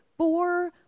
four